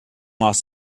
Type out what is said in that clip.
los